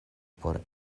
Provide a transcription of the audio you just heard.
por